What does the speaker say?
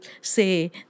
say